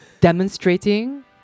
demonstrating